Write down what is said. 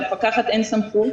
למפקחת אין סמכות.